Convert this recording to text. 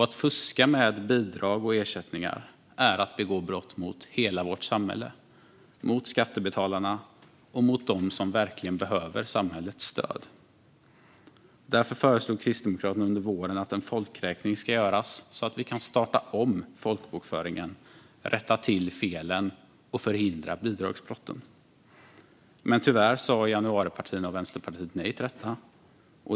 Att fuska med bidrag och ersättningar är att begå brott mot hela vårt samhälle, mot skattebetalarna och mot dem som verkligen behöver samhällets stöd. Därför föreslog Kristdemokraterna under våren att en folkräkning ska göras så att vi kan starta om folkbokföringen, rätta till felen och förhindra bidragsbrotten. Tyvärr sa januaripartierna och Vänsterpartiet nej till detta.